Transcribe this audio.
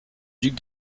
duc